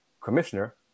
commissioner